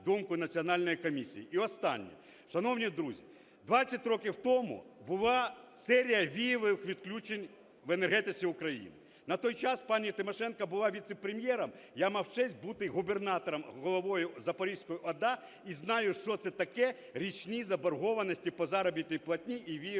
І останнє. Шановні друзі, 20 років тому була серія віяльних відключень в енергетиці України. На той час пані Тимошенко була віце-прем’єром, я мав честь бути губернатором, головою Запорізької ОДА і знаю, що це таке – річні заборгованості по заробітній платні і віяльні